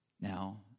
Now